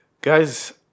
Guys